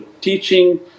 teaching